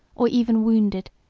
or even wounded,